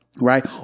Right